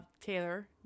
Taylor